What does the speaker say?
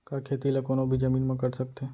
का खेती ला कोनो भी जमीन म कर सकथे?